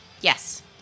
Yes